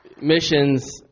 missions